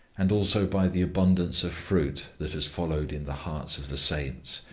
and also by the abundance of fruit that has followed in the hearts of the saints,